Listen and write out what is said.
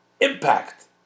impact